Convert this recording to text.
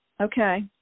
Okay